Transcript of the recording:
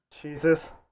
Jesus